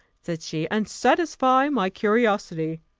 said she, and satisfy my curiosity.